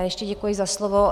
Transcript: Ještě děkuji za slovo.